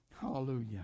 Hallelujah